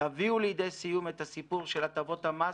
תביאו לידי סיום את הסיפור של הטבות המס,